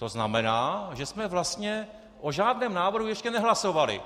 To znamená, že jsme vlastně o žádném návrhu ještě nehlasovali.